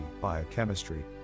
biochemistry